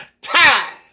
time